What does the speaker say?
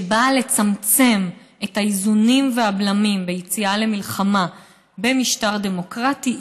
שבאה לצמצם את האיזונים והבלמים ביציאה למלחמה במשטר דמוקרטי,